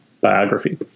biography